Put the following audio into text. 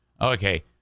Okay